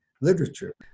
literature